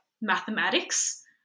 mathematics